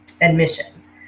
admissions